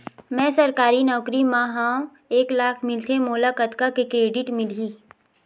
मैं सरकारी नौकरी मा हाव एक लाख मिलथे मोला कतका के क्रेडिट मिलही?